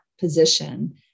position